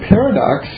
Paradox